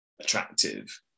attractive